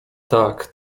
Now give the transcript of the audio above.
tak